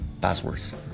passwords